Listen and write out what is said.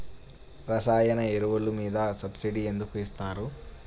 రసాయన ఎరువులు మీద సబ్సిడీ ఎందుకు ఇస్తారు?